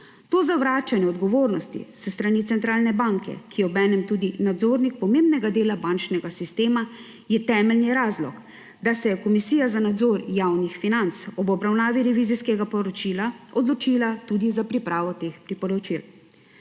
To zavračanje odgovornosti s strani centralne banke, ki je obenem tudi nadzornik pomembnega dela bančnega sistema, je temeljni razlog, da se je Komisija za nadzor javnih financ ob obravnavi revizijskega poročila odločila tudi za pripravo teh priporočil.